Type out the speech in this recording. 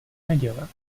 neděle